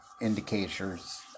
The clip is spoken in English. indicators